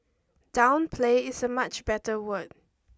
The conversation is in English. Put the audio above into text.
downplay is a much better word